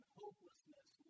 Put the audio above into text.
hopelessness